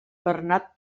bernat